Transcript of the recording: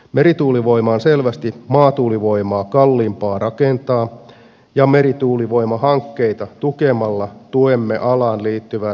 merituulivoima on selvästi maatuulivoimaa kalliimpaa rakentaa ja merituulivoimahankkeita tukemalla tuemme alaan liittyvää suomalaista teknologiaa